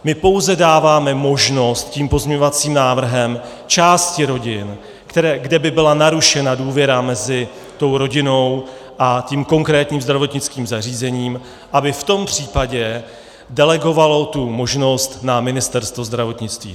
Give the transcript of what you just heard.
My pouze dáváme možnost tím pozměňovacím návrhem části rodin, kde by byla narušena důvěra mezi rodinou a tím konkrétním zdravotnickým zařízením, aby v tom případě delegovaly tu možnost na Ministerstvo zdravotnictví.